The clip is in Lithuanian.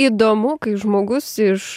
įdomu kai žmogus iš